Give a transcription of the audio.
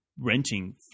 renting